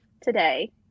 today